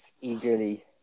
Eagerly